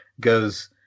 goes